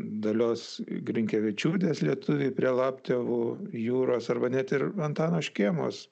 dalios grinkevičiūtės lietuviai prie laptevų jūros arba net ir antano škėmos